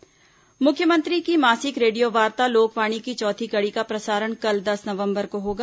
लोकवाणी मुख्यमंत्री की मासिक रेडियोवार्ता लोकवाणी की चौथी कड़ी का प्रसारण कल दस नवम्बर को होगा